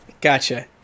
Gotcha